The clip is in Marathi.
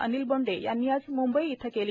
अनिल बोंडे यांनी आज मुंबई इथं केली